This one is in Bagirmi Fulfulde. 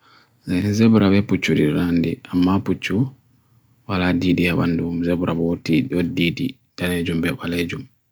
zebrave puchuri rande, amma puchu bala ddidi abandu, zebrave oti ddidi, tanejim ba balajum